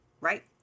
right